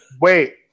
Wait